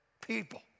people